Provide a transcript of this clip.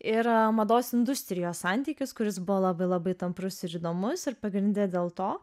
ir mados industrijos santykis kuris buvo labai labai tamprus ir įdomus ir pagrinde dėl to